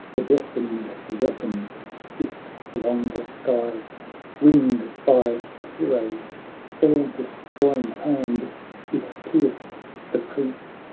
the destined weapon hissed along the sky winged by the hero's all-destroying hand it pierced the prince,